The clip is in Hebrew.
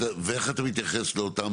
ואיך אתה מתייחס לאותן